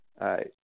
right